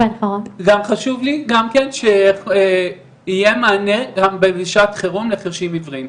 חשוב לי שיהיה מענה בשעת חירום לחרשים עיוורים.